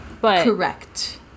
Correct